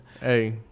Hey